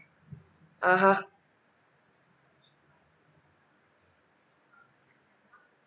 (uh huh)